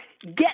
get